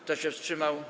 Kto się wstrzymał?